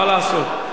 מה לעשות.